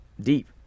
deep